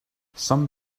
some